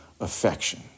Affection